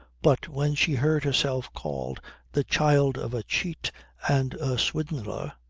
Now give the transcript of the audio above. but when she heard herself called the child of a cheat and a swindler,